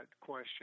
question